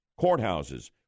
courthouses